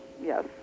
Yes